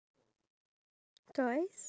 ya true